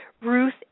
Ruth